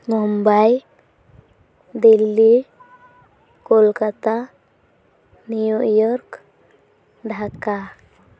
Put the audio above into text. Mumbai Delhi Kolkata New York Dhaka